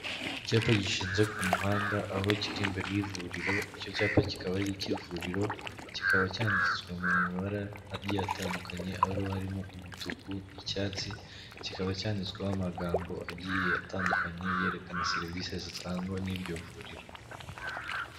Icyapa gishinze ku muhanda aho kiri imbere y'ivuriro, icyo cyapa kikaba ari icy'ivuriro kikaba cyanditswe mu mabara agiye atandukanye ariho harimo umutuku, icyatsi, kikaba cyanditsweho amagambo agiye atandukanye yerekana serivisi zitangwa n'iryo vuriro.